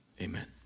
amen